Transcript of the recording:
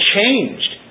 changed